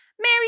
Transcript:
Mary